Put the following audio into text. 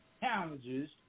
challenges